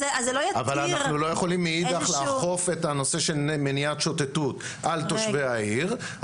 אבל אנחנו לא יכולים לאכוף את הנושא של מניעת שוטטות על תושבי העיר,